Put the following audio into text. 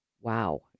wow